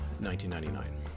1999